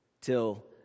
Till